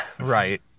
Right